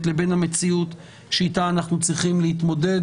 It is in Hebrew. לבין המציאות שאיתה אנחנו צריכים להתמודד,